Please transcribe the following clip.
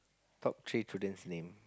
top three students name